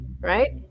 right